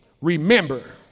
remember